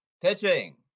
Pitching